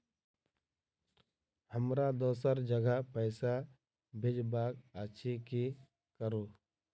हमरा दोसर जगह पैसा भेजबाक अछि की करू?